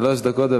שלוש דקות.